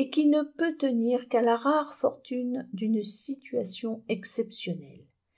et qui ne peut tenir qu'à la rare fortune d'une situation exceptionnelle